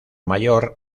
mayor